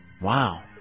Wow